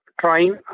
trying